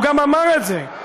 הוא גם אמר את זה.